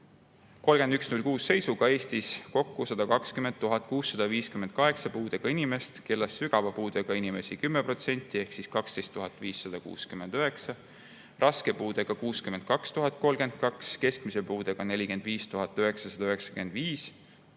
31.06 seisuga. Eestis on kokku 120 658 puudega inimest, kellest sügava puudega inimesi on 10% ehk 12 569, raske puudega on 62 032, keskmise puudega 45 995,